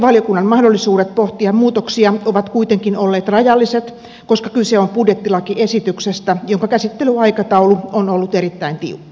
mietintövaliokunnan mahdollisuudet pohtia muutoksia ovat kuitenkin olleet rajalliset koska kyse on budjettilakiesityksestä jonka käsittelyaikataulu on ollut erittäin tiukka